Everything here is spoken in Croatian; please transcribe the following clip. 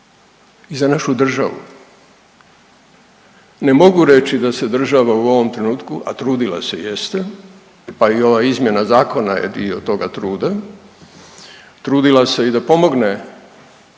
I za našu državu. Ne mogu reći da se država u ovom trenutku, a trudila se jeste, pa i ova izmjena zakona je dio toga truda, trudila se i da pomogne